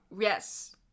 Yes